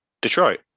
Detroit